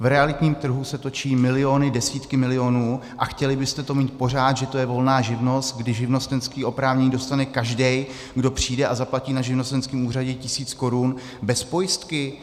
V realitním trhu se točí miliony, desítky milionů, a chtěli byste to mít pořád, že to je volná živnost, kdy živnostenské oprávnění dostane každý, kdo přijde a zaplatí na živnostenském úřadě tisíc korun, bez pojistky?